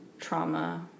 trauma